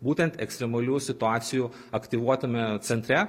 būtent ekstremalių situacijų aktyvuotame centre